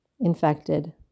infected